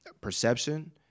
perception